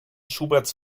schuberts